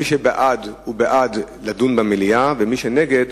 מי שבעד הוא בעד לדון במליאה, ומי שנגד,